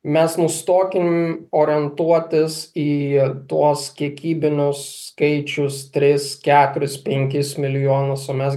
mes nustokim orientuotis į tuos kiekybinius skaičius tris keturis penkis milijonus o mes